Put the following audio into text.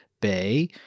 Bay